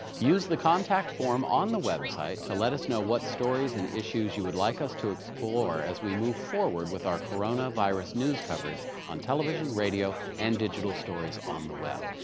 use the contact form on the website to let us know what stories and issues you would like us to explore as we move forward with our coronavirus news coverage on television, radio, and digital stories on the web.